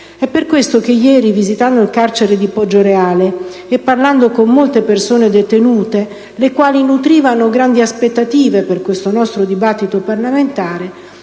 È per questo che ieri, visitando il carcere di Poggioreale e parlando con molte persone detenute, che nutrivano grandi aspettative da questo dibattito parlamentare,